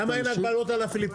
למה אין הגבלות על הפיליפינים?